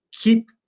keep